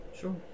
Sure